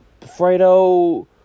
Fredo